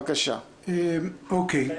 בבקשה, בועז.